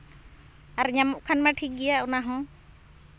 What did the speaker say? ᱟᱨ ᱧᱟᱢᱚᱜ ᱠᱷᱟᱱ ᱢᱟ ᱴᱷᱤᱠ ᱜᱮᱭᱟ ᱚᱱᱟ ᱦᱚᱸ